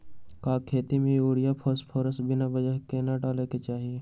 का खेती में यूरिया फास्फोरस बिना वजन के न डाले के चाहि?